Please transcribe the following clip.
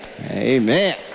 amen